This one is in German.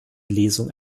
lesung